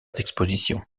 d’exposition